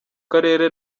karere